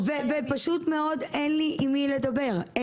פשוט מאוד אין לי עם מי לדבר,